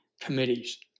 Committees